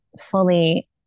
fully